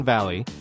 Valley